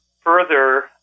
further